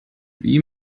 wie